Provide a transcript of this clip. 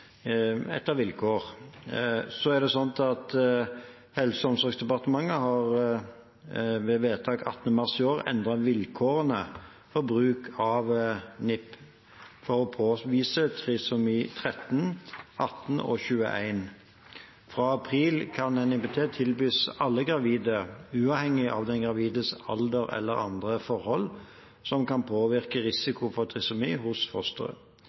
Så er det sånn at Helse- og omsorgsdepartementet ved vedtak 18. mars i år har endret vilkårene for bruk av NIPT for å påvise trisomi 13, 18 og 21. Fra april kan NIPT tilbys alle gravide, uavhengig av den gravides alder eller andre forhold som kan påvirke risiko for trisomi hos